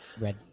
red